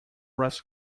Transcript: was